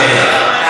יחיא.